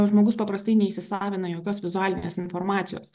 žmogus paprastai neįsisavina jokios vizualinės informacijos